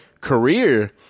career